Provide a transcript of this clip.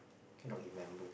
cannot remember